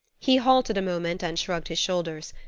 he halted a moment and shrugged his shoulders.